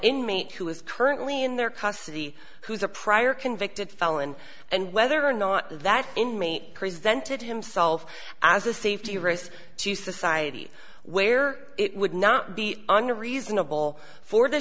inmate who is currently in their custody who's a prior convicted felon and whether or not that inmate presented himself as a safety risk to society where it would not be unreasonable for the